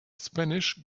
spanish